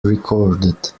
recorded